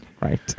Right